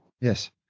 Yes